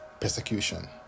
persecution